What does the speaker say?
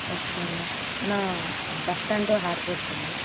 ஓகேங்கண்ணா அண்ணா bus stand to airport போகணும்